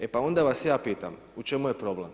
E, pa onda vas ja pitam, u čemu je problem?